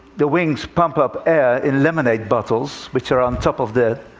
the wings pump up air in lemonade bottles, which are on top of that.